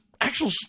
actual